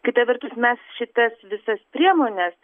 kita vertus mes šitas visas priemones